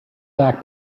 back